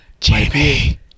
Jamie